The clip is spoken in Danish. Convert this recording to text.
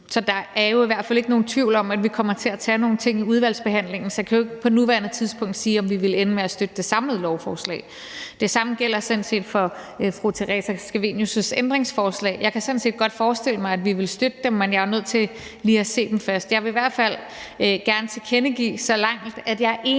SF. Der er i hvert fald ikke nogen tvivl om, at vi kommer til at tage nogle ting i udvalgsbehandlingen, så jeg kan jo ikke på nuværende tidspunkt sige, om vi vil ende med at støtte det samlede lovforslag. Det samme gælder for fru Theresa Scavenius' ændringsforslag. Jeg kan sådan set godt forestille mig, at vi vil støtte dem, men jeg er nødt til lige at se dem først. Jeg vil i hvert fald gerne tilkendegive så meget, at jeg er enig